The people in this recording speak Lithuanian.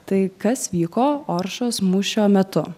tai kas vyko oršos mūšio metu